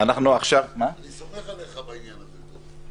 אני סומך עליך בעניין הזה.